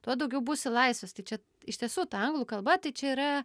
tuo daugiau būsi laisvas tai čia iš tiesų ta anglų kalba tai čia yra